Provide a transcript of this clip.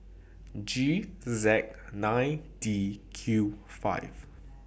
G Z nine D Q five